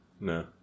No